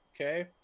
Okay